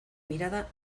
mirada